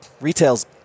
retail's